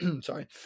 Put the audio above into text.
sorry